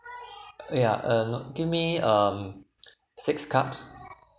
yeah uh no~ give me um six cups